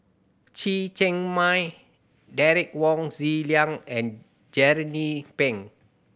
Chen Cheng Mei Derek Wong Zi Liang and Jernnine Pang